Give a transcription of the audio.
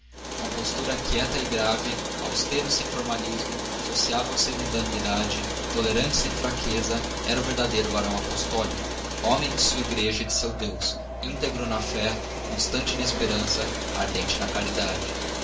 compostura quieta e grave austero sem formalismo sociável sem mundanidade tolerante sem fraqueza era o verdadeiro varão apostólico homem de sua igreja e de seu deus íntegro na fé constante na esperança ardente na caridade